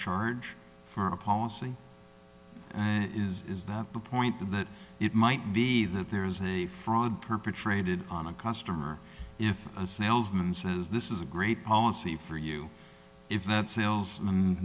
charge for a policy that is is that the point that it might be that there's a fraud perpetrated on a customer if a salesman says this is a great policy for you if that salesm